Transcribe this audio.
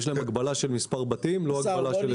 יש להן הגבלה של מספר בתים, לא הגבלה של אזור.